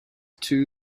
two